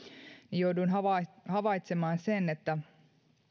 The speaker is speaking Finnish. jouduin havaitsemaan sen että